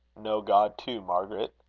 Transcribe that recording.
know god too, margaret?